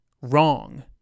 wrong